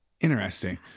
Interesting